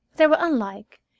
they were unlike,